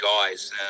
guys